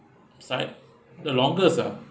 cy~ the longest ah